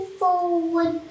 forward